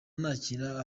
nakira